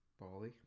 Bali